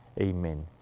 Amen